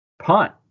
punt